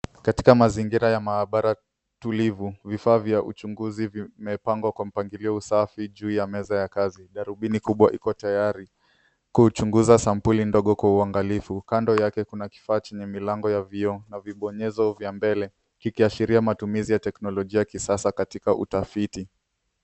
Katika mazingira ya maabara tulivu, vifaa vya uchunguzi vimepangwa kwa mpangilio safi juu ya meza ya kazi. Darubini kubwa iko tayari kuchunguza sampuli ndogo kwa uangalifu. Kando yake kuna kifaa chenye milango ya vioo na vibonyezo vya mbele, kikiashiria matumizi ya teknolojia ya kisasa katika utafiti.